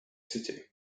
city